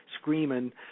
screaming